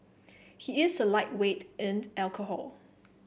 he is a lightweight in alcohol